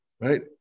right